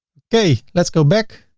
okay let's go back.